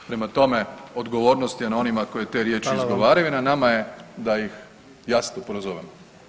Prema tome, odgovornost je na onima koji te riječi izgovaraju [[Upadica predsjednik: Hvala vam.]] na nama je da ih jasno prozovemo.